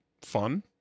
fun